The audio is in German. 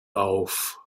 auf